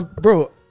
bro